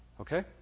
Okay